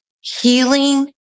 healing